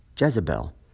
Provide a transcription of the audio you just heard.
Jezebel